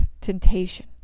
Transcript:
temptation